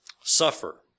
Suffer